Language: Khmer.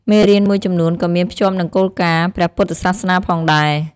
មេរៀនមួយចំនួនក៍មានភ្ជាប់និងគោលការណ៍ព្រះពុទ្ធសាសនាផងដែរ។